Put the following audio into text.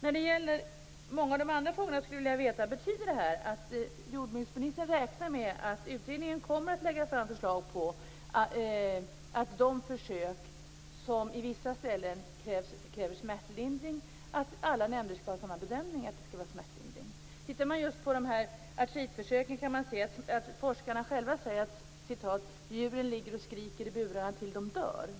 Jag skulle i övrigt vilja veta om jordbruksministern räknar med att utredningen kommer att lägga fram förslag om att alla nämnder skall göra samma bedömning om försök som på vissa ställen kräver smärtlindring. När det gäller artritförsöken säger forskarna själva att djuren ligger och skriker i burarna tills de dör.